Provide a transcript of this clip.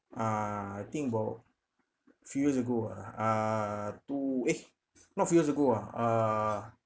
uh I think about few years ago ah uh two eh not few years ago ah uh